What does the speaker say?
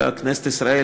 אלא כנסת ישראל,